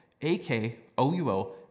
A-K-O-U-O